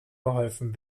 geholfen